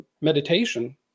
meditation